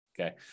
Okay